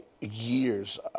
years